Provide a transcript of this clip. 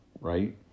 right